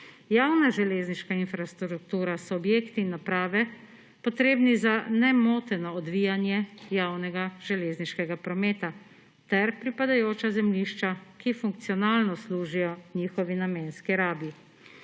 Javna železniška infrastruktura so objekti in naprave, potrebni za nemoteno odvijanje javnega železniškega prometa, ter pripadajoča zemljišča, ki funkcionalno služijo njihovi namenski rabi.